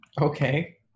Okay